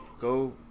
go